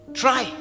try